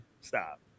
Stop